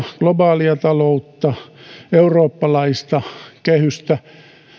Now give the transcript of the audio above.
globaalia taloutta eurooppalaista kehystä